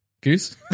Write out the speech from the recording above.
Goose